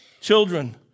Children